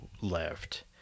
left